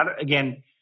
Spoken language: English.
again